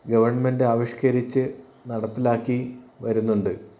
government ആവിഷ്കരിച്ച് നടപ്പിലാക്കി വരുന്നുണ്ട്